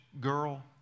girl